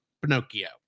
pinocchio